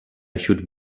should